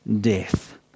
death